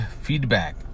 feedback